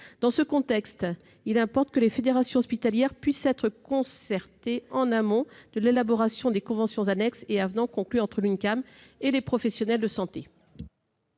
Dans ce contexte, il importe que les fédérations hospitalières puissent être concertées en amont de l'élaboration des conventions annexes et des avenants conclus entre l'UNCAM et les professionnels de santé.